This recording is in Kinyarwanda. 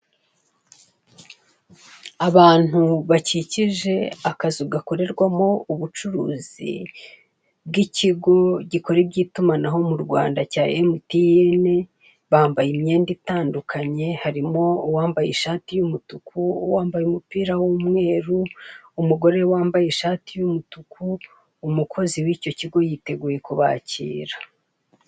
Abantu bakikije akazu gakorerwamo ubucuruzi bw'ikigo gikora iby'itumanaho mu Rwanda cya emutiyene bambaye myenda itandukanye harimo uwambaye ishati y'umutuku, uwambaye umupira w'umweru, umugore wambaye ishati y'umutuku. Umukozi w'icyo kigo yiteguye kubakira